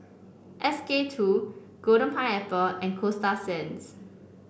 S K two Golden Pineapple and Coasta Sands